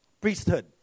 priesthood